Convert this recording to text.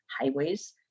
highways